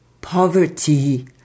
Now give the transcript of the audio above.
poverty